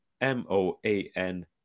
m-o-a-n